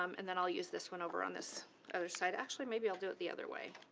um and then i'll use this one over on this other side. actually maybe i'll do it the other way.